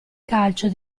calcio